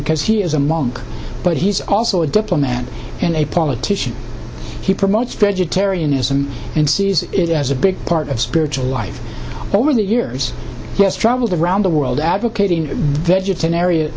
because he is a monk but he's also a diplomat and a politician he promotes vegetarianism and sees it as a big part of spiritual life over the years he has traveled around the world advocating vegetarian